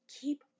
keep